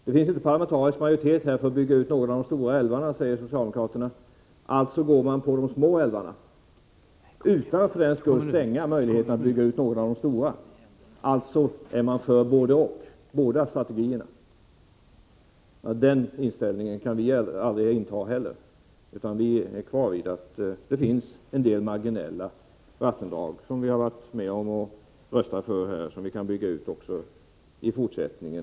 Det finns inte parlamentarisk majoritet för att bygga ut någon av de stora älvarna, säger socialdemokraterna — alltså går man in för de små partiella utbyggnaderna, utan att för den skull stänga möjligheterna att bygga ut någon av de stora älvarna. Alltså förespråkar man båda strategierna. Den inställningen kan vi heller aldrig inta, utan vi har röstat för att en del mindre vattendrag kan byggas ut även i fortsättningen, och det håller vi fast vid.